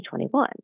2021